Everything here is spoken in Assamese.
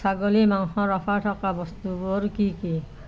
ছাগলী মাংসৰ অফাৰ থকা বস্তুবোৰ কি কি